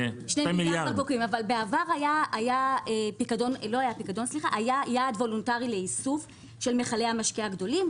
אבל בעבר היה יעד וולונטרי לאיסוף של מכלי המשקה הגדולים.